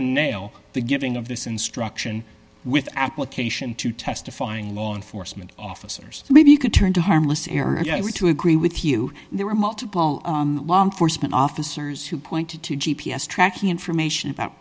and nail the giving of this instruction with application to testifying law enforcement officers maybe you could turn to harmless error if i were to agree with you there were multiple law enforcement officers who pointed to g p s tracking information about